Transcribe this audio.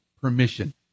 permission